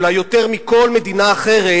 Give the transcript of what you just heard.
אולי יותר מכל מדינה אחרת,